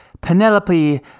Penelope